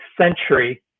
century